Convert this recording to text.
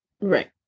right